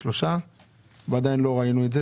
שלושה ועדיין לא ראינו את זה.